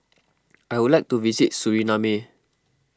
I would like to visit Suriname